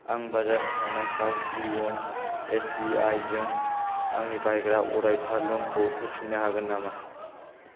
आं बाजाज फाइनान्सआव इउन' एसबिआइ जों आंनि बाहायग्रा अरायथा लनखौ होफिन्नो हागोन नामा